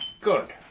Good